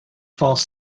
false